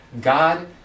God